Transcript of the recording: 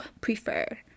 prefer